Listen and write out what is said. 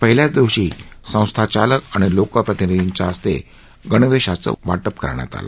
पहिल्याच दिवशी संस्थाचालक आणि लोकप्रतिनिधींच्या हस्ते गणवेषांचे वाटप करण्यात आले